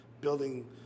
building